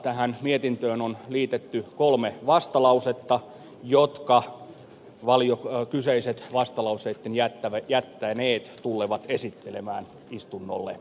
tähän mietintöön on liitetty kolme vastalausetta jotka kyseiset vastalauseet jättäneet tullevat esittelemään istunnolle